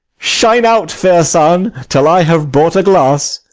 shine out, fair sun, till i have bought a glass,